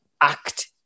act